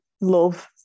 love